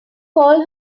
called